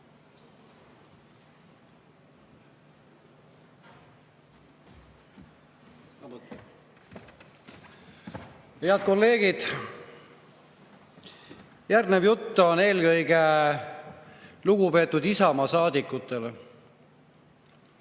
Head kolleegid! Järgnev jutt on eelkõige lugupeetud Isamaa saadikutele.